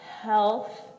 health